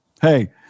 Hey